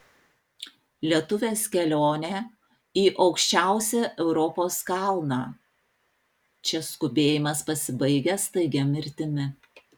lietuvės kelionė į aukščiausią europos kalną čia skubėjimas pasibaigia staigia mirtimi